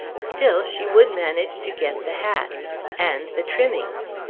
still she would manage to get the hat and the trimmings.